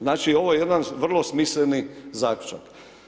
Znači, ovo je jedan vrlo smisleni zaključak.